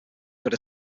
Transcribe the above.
could